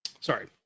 Sorry